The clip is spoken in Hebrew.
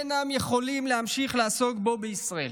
אינם יכולים להמשיך לעסוק בו בישראל.